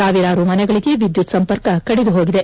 ಸಾವಿರಾರು ಮನೆಗಳಿಗೆ ವಿದ್ಯುತ್ ಸಂಪರ್ಕ ಕಡಿದುಹೋಗಿದೆ